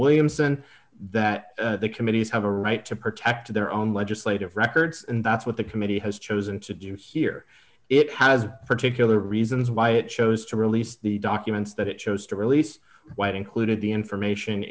williamson that the committees have a right to protect their own legislative records and that's what the committee has chosen to do here it has particular reasons why it chose to release the documents that it chose to release white included the information